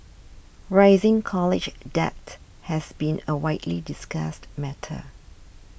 rising college debt has been a widely discussed matter